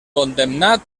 condemnat